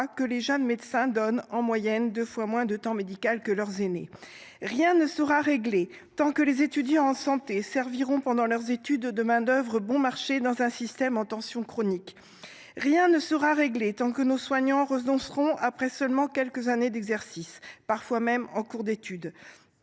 que les jeunes médecins donnent, en moyenne, deux fois moins de temps médical que leurs aînés. Rien ne sera réglé tant que les étudiants en santé serviront pendant leurs études de main d’œuvre bon marché dans un système en tension chronique. Rien ne sera réglé tant que nos soignants renonceront après seulement quelques années d’exercice, parfois même en cours d’études.